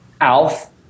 Alf